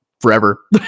forever